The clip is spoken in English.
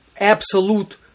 absolute